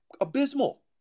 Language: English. abysmal